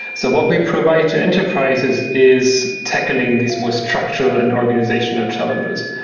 so what we provide to enterprises is tackling these more structural and organizational challenges.